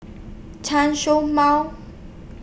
Chen Show Mao